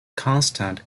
constant